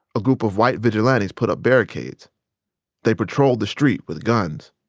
a group of white vigilantes put up barricades they patrolled the street with guns.